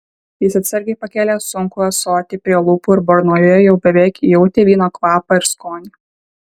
jis atsargiai pakėlė sunkų ąsotį prie lūpų ir burnoje jau beveik jautė vyno kvapą ir skonį